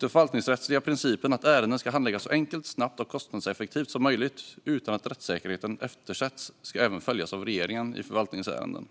Den förvaltningsrättsliga principen att ärenden ska handläggas så enkelt, snabbt och kostnadseffektivt som möjligt utan att rättssäkerheten eftersätts ska även följas av regeringen i förvaltningsärenden.